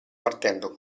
partendo